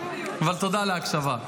אבל תודה על ההקשבה.